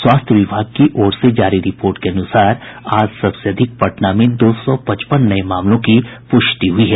स्वास्थ्य विभाग की ओर से जारी रिपोर्ट के अनुसार आज सबसे अधिक पटना में दो सौ पचपन नये मामलों की पुष्टि हुई है